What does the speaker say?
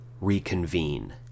reconvene